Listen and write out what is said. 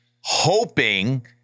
hoping